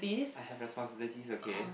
I have responsibilities okay